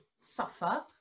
suffer